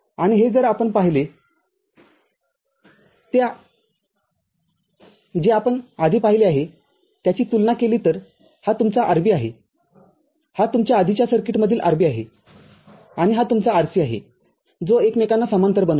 आणि हे जर आपण पाहिलेजे आपण आधी पाहिले आहे त्याची तुलना केली तर तर हा तुमचा RB आहेहा तुमच्या आधीच्या सर्किटमधील RB आहे आणि हा तुमचा RC आहे जो एकमेकांना समांतर बनवतो